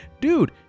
dude